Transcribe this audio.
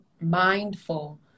mindful